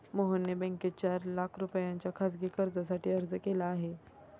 मोहनने बँकेत चार लाख रुपयांच्या खासगी कर्जासाठी अर्ज केला आहे